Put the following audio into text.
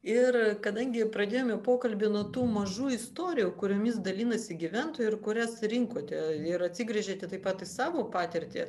ir kadangi pradėjome pokalbį nuo tų mažų istorijų kuriomis dalinasi gyventojai ir kurias rinkote ir atsigręžėte taip pat į savo patirtį